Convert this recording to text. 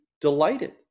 delighted